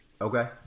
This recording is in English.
Okay